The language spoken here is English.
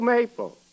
Maple